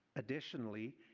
additionally,